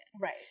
Right